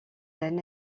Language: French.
d’un